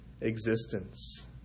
existence